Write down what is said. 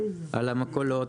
על המכולות,